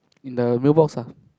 in the mailbox ah